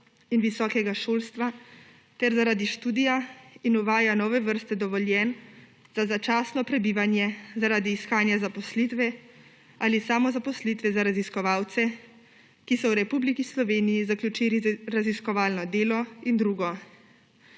in visokega šolstva ter zaradi študija ter uvaja nove vrste dovoljenj za začasno prebivanje zaradi iskanja zaposlitve ali samozaposlitve za raziskovalce, ki so v Republiki Sloveniji zaključili raziskovalno delo, in drugo.